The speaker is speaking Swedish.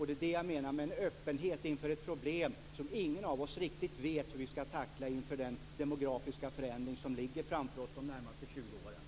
Det är det jag menar med öppenhet inför ett problem som ingen av oss riktigt vet hur vi skall tackla inför den demografiska förändring som ligger framför oss de närmaste 20 åren.